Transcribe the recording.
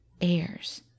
heirs